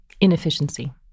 Inefficiency